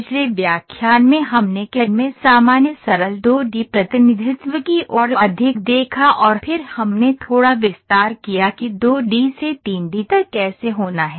पिछले व्याख्यान में हमने कैड में सामान्य सरल 2 डी प्रतिनिधित्व की ओर अधिक देखा और फिर हमने थोड़ा विस्तार किया कि 2 डी से 3 डी तक कैसे होना है